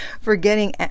forgetting